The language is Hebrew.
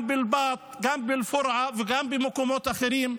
גם באל-באט, גם באל-פורעה וגם במקומות אחרים.